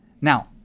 Now